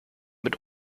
mit